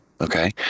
okay